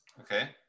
Okay